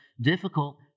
difficult